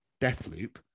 Deathloop